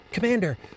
Commander